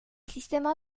sistema